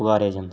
पुकारेआ जंदा